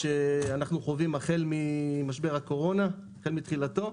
שאנחנו חווים החל ממשבר הקורונה, החל מתחילתו.